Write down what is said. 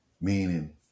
meaning